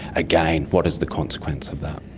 again, what is the consequence of that?